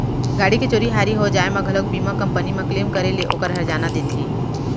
गाड़ी के चोरी हारी हो जाय म घलौ बीमा कंपनी म क्लेम करे ले ओकर हरजाना देथे